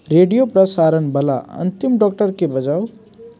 radio प्रसारणवला अन्तिम डॉक्टरके बजाउ